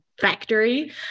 factory